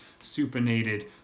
supinated